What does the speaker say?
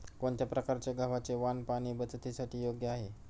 कोणत्या प्रकारचे गव्हाचे वाण पाणी बचतीसाठी योग्य आहे?